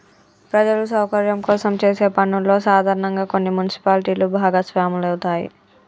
ప్రజల సౌకర్యం కోసం చేసే పనుల్లో సాధారనంగా కొన్ని మున్సిపాలిటీలు భాగస్వాములవుతాయి